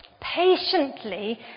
patiently